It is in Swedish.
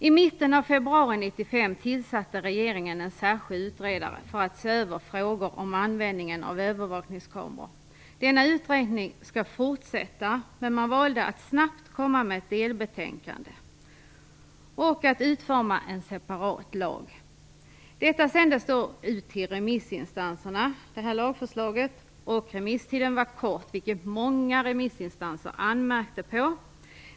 I mitten av februari 1995 tillsatte regeringen en särskild utredare för att se över frågor om användningen av övervakningskameror. Denna utredning skall fortsätta, men man valde att snabbt komma med ett delbetänkande och att utforma en separat lag. Lagförslaget sändes ut till remissinstanserna och remisstiden var kort, vilket många remissinstanser anmärkte på.